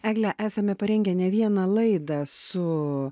egle esame parengę ne vieną laidą su